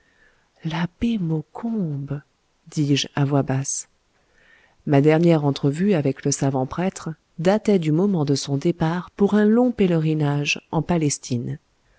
dis-je à voix basse ma dernière entrevue avec le savant prêtre datait du moment de son départ pour un long pèlerinage en palestine